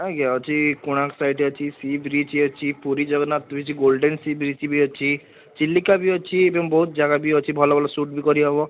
ଆଜ୍ଞା ଅଛି କୋଣାର୍କ ସାଇଟ୍ ଅଛି ସି ବୀଚ୍ ଅଛି Puri Jagannath beach golden sea beach ବି ଅଛି ଚିଲିକା ବି ଅଛି ଏବଂ ବହୁତ ଜାଗା ବି ଅଛି ଭଲ ଭଲ ଶୂଟ୍ ବି କରିହେବ